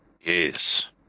Yes